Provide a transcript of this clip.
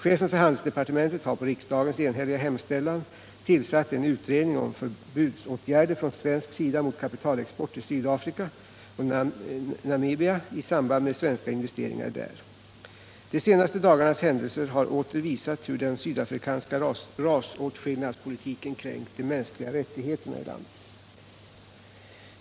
Chefen för handelsdepartementet har på riksdagens enhälliga hemställan tillsatt en utredning om förbudsåtgärder från svensk sida mot kapitalexport till Sydafrika och Namibia i samband med svenska investeringar där. De senaste dagarnas händelser har åter visat hur den sydafrikanska rasåtskillnadspolitiken kränkt de mänskliga rättigheterna i landet.